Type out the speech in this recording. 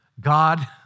God